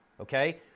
Okay